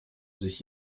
sich